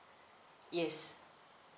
yes